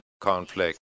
conflict